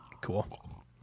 Cool